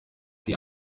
die